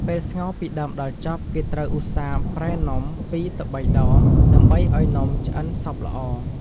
ពេលស្ងោរពីដើមដល់ចប់ គេត្រូវឧស្សាហ៍ប្រែនំ ២ទៅ៣ដង ដើម្បីឱ្យនំឆ្អិនសព្វល្អ៕